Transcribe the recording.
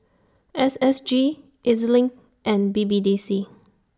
S S G E Z LINK and B B D C